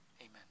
amen